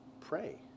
pray